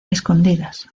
escondidas